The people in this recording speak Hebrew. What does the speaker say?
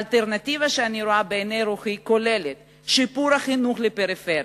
האלטרנטיבה שאני רואה בעיני רוחי כוללת שיפור החינוך בפריפריה,